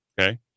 Okay